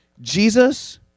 Jesus